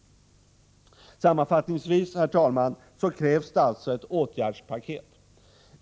Sammanfattningsvis, herr talman, krävs det alltså ett åtgärdspaket.